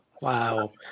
Wow